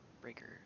breakers